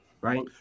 Right